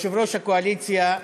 יושב-ראש הקואליציה,